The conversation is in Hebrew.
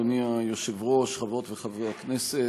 אדוני היושב-ראש, חברות וחברי הכנסת,